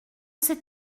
c’est